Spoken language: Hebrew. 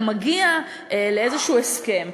אתה מגיע לאיזשהו הסכם,